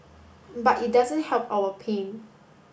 but it doesn't help our pain